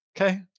okay